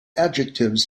adjectives